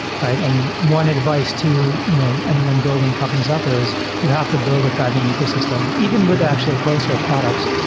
right? and one advice to you know anyone building companies out there is you have to build a thriving ecosystem, even with actually closed source products,